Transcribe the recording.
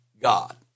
God